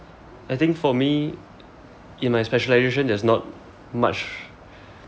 I think for me in my specialisation there's not much